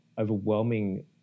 overwhelming